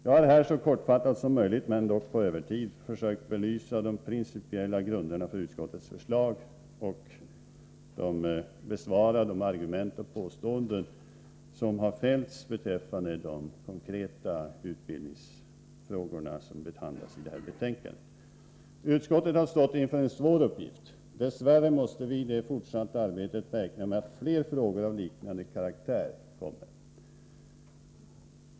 Jag har här så kortfattat som möjligt, men på övertid, försökt belysa de principiella grunderna för utskottets förslag och besvara de argument som framförts och påståenden som gjorts beträffande de konkreta utbildningsfrågor som behandlas i betänkandet. Utskottet har stått inför en svår uppgift. Dess värre måste vi i det fortsatta arbetet räkna med att fler frågor av liknande karaktär kommer upp.